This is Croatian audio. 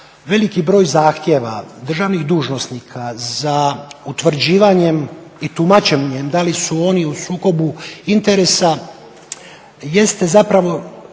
veliki broj zahtjeva državnih dužnosnika za utvrđivanjem i tumačenjem da li su oni u sukobu interesa jeste zapravo